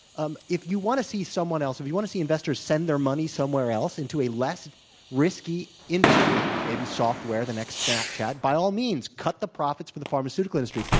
um if you want to see someone else if you want to see investors send their money somewhere else into a less risky industry, maybe software, the next snapchat, by all means, cut the profits for the pharmaceutical industry.